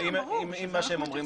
אם מה שהם אומרים,